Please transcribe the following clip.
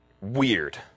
weird